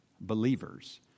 believers